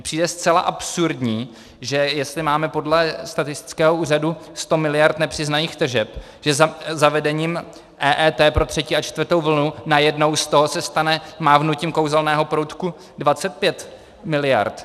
Mně přijde zcela absurdní, jestli máme podle statistického úřadu 100 mld. nepřiznaných tržeb, že zavedením EET pro 3. a 4. vlnu najednou z toho se stane mávnutím kouzelného proutku 25 mld.